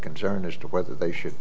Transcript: concern as to whether they should